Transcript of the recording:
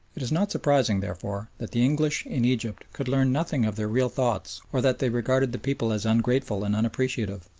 it is not surprising, therefore, that the english in egypt could learn nothing of their real thoughts or that they regarded the people as ungrateful and unappreciative.